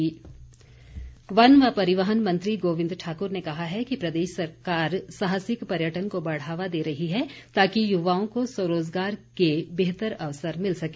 गोविंद ठाकुर वन व परिवहन मंत्री गोविंद ठाकुर ने कहा है कि प्रदेश सरकार साहसिक पर्यटन को बढ़ावा दे रही है ताकि युवाओं को स्वरोज़गार के बेहतर अवसर मिल सके